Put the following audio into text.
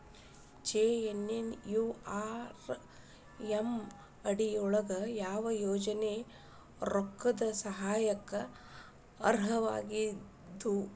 JNNURM ಅಡಿ ಯೊಳಗ ಯಾವ ಯೋಜನೆ ರೊಕ್ಕದ್ ಸಹಾಯಕ್ಕ ಅರ್ಹವಾಗಿದ್ವು?